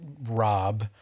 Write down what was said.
rob